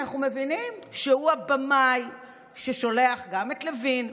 אנחנו מבינים שהוא הבמאי ששולח גם את לוין,